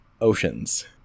oceans